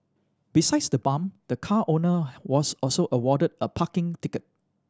besides the bump the car owner was also awarded a parking ticket